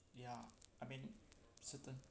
ya I mean certain